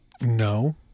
No